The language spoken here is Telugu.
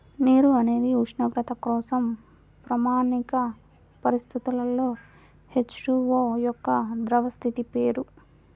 నీరు అనేది ఉష్ణోగ్రత కోసం ప్రామాణిక పరిస్థితులలో హెచ్.టు.ఓ యొక్క ద్రవ స్థితి పేరు